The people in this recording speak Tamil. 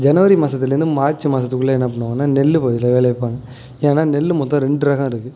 ஜனவரி மாதத்துலேந்து மார்ச் மாதத்துக்குள்ள என்ன பண்ணுவாங்கன்னா நெல் வ எல்லாம் விளைவிப்பாங்க ஏன்னால் நெல்லில் மொத்தம் ரெண்டு ரகம் இருக்குது